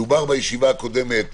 דובר בישיבה הקודמת,